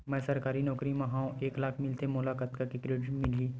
मैं सरकारी नौकरी मा हाव एक लाख मिलथे मोला कतका के क्रेडिट मिलही?